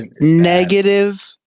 Negative